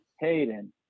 Hayden